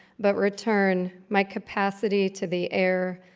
but return my capacity to the air,